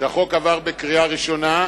שהחוק עבר בקריאה ראשונה,